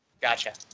Gotcha